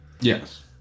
Yes